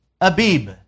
Abib